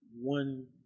one